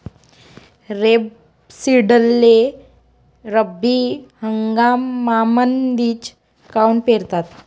रेपसीडले रब्बी हंगामामंदीच काऊन पेरतात?